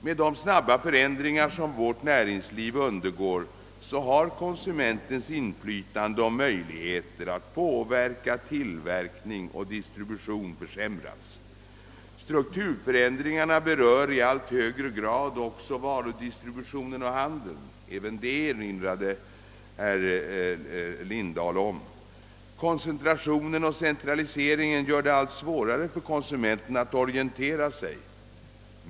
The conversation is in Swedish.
Med de snabba förändringar som vårt näringsliv undergår har konsumentens inflytande och möjligheter att påverka fabrikation och distribution försämrats. Strukturförändringarna berör i allt högre grad också varudistributionen och handeln; även det erinrade herr Lindahl om. Koncentrationen och centraliseringen gör det allt svårare för konsumenten att orientera sig.